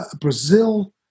Brazil